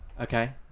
Okay